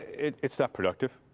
it's it's not productive.